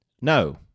No